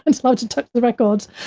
and allowed to touch the records,